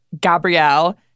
Gabrielle